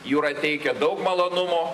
jūra teikia daug malonumo